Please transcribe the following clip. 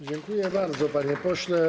Dziękuję bardzo, panie pośle.